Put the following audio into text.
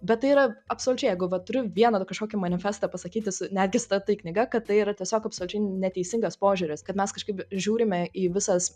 bet tai yra absoliučiai jeigu va turiu vieną kažkokį manifestą pasakyti su netgi statai knyga kad tai yra tiesiog absoliučiai neteisingas požiūris kad mes kažkaip žiūrime į visas